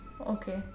Okay